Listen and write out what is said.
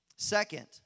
Second